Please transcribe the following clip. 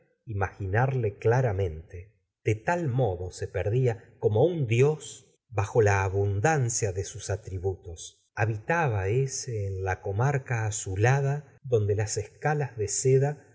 imaginarle claramente de tal modo se perdia como un dios bajo la abundancia de sus atributos habitaba ese en la comarca azulada donde las escalas de seda